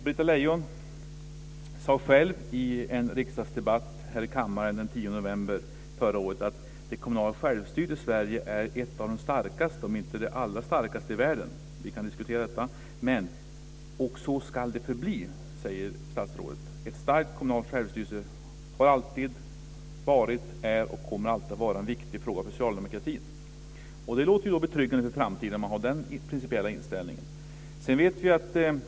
Britta Lejon sade själv i en riksdagsdebatt här i kammaren den 10 november förra året att det kommunala självstyret i Sverige är ett av de starkaste, om inte det allra starkaste i världen. Det kan vi diskutera. Statsrådet sade också att det ska förbli så. Ett starkt kommunalt självstyre har alltid varit, är och kommer alltid att vara en viktig fråga för socialdemokratin. Det låter betryggande inför framtiden, att hon har den principiella inställningen.